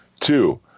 Two